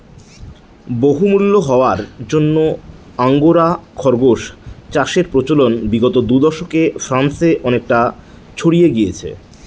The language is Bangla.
বহুমূল্য হওয়ার জন্য আঙ্গোরা খরগোস চাষের প্রচলন বিগত দু দশকে ফ্রান্সে অনেকটা ছড়িয়ে গিয়েছে